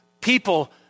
people